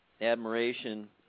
admiration